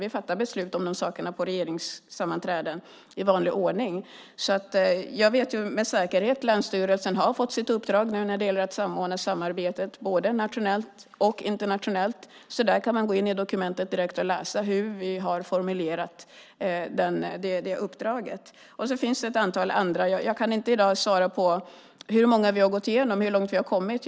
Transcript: Vi fattar beslut om de sakerna på regeringssammanträden i vanlig ordning. Jag vet med säkerhet att länsstyrelsen har fått sitt uppdrag när det gäller att samordna samarbetet både nationellt och internationellt. Man kan gå in i dokumentet direkt och läsa hur vi har formulerat det uppdraget. Det finns också ett antal andra åtgärder. Jag kan inte i dag svara på hur många vi har gått igenom och hur långt vi har kommit.